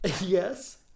Yes